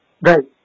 Right